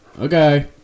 okay